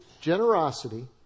generosity